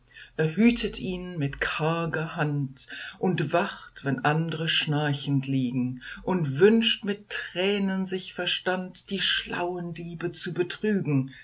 er hütet ihn mit karger hand und wacht wenn andre schnarchend liegen und wünscht mit tränen sich verstand die schlauen diebe zu betrügen